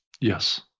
Yes